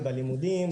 בלימודים,